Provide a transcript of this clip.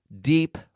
deep